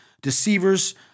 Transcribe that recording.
deceivers